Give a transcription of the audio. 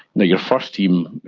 your first team,